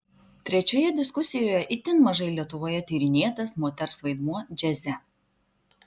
trečiojoje diskusijoje itin mažai lietuvoje tyrinėtas moters vaidmuo džiaze